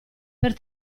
per